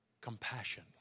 compassion